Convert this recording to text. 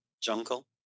jungle